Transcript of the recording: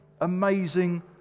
amazing